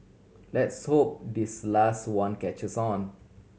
let's hope this last one catches on